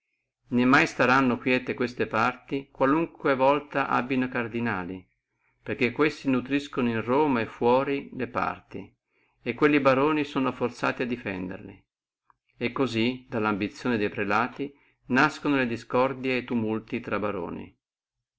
né mai staranno quiete queste parti qualunque volta abbino cardinali perché questi nutriscono in roma e fuora le parti e quelli baroni sono forzati a defenderle e cosí dalla ambizione de prelati nascono le discordie e li tumulti infra e baroni